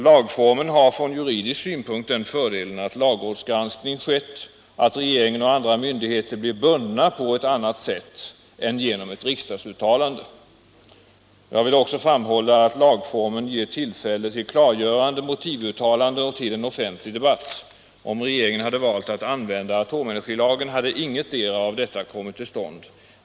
Lagformen har från juridisk synpunkt den fördelen att lagrådsgranskning skett, att regeringen och andra myndigheter blir bundna på ett annat sätt än genom ett riksdagsuttalande. Jag vill också framhålla att lagformen ger tillfälle till klargörande motivuttalanden och till en offentlig debatt. Om regeringen hade valt att använda atomenergilagen, hade ingetdera av detta kommit till stånd.